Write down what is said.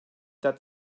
that